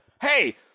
Hey